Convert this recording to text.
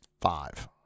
five